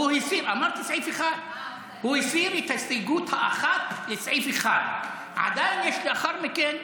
והוא הסיר את ההסתייגות האחת לסעיף 1. עדיין יש לאחר מכן.